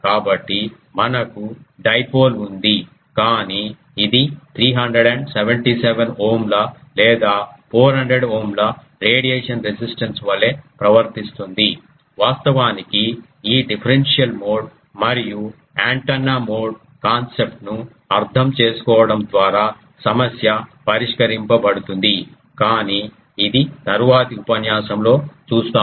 కాబట్టి మనకు డైపోల్ ఉంది కానీ ఇది 377 ఓం లేదా 400 ఓం రేడియేషన్ రెసిస్టెన్స్ వలె ప్రవర్తిస్తుంది వాస్తవానికి ఈ డిఫరెన్షియల్ మోడ్ మరియు యాంటెన్నా మోడ్ కాన్సెప్ట్ ను అర్థం చేసుకోవడం ద్వారా సమస్య పరిష్కరించబడుతుంది కాని ఇది తరువాతి ఉపన్యాసం లో చూస్తాము